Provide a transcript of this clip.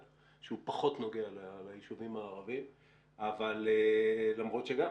שהוא פחות נוגע ליישובים הערבים למרות שגם